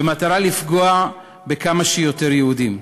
במטרה לפגוע בכמה שיותר יהודים.